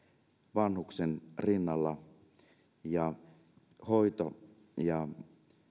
vanhuksen rinnalla ja kaikkien hoito ja